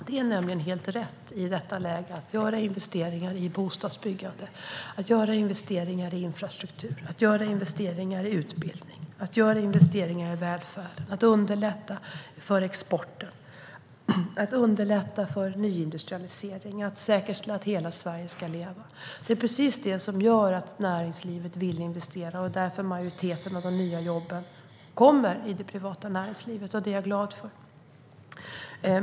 Det är nämligen helt rätt i detta läge att göra investeringar i bostadsbyggande, infrastruktur, utbildning och välfärd, att underlätta för export och nyindustrialisering och att säkerställa att hela Sverige ska leva. Det är precis detta som gör att näringslivet vill investera, och det är därför majoriteten av de nya jobben kommer i det privata näringslivet. Det är jag glad för.